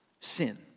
sin